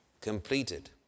completed